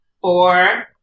four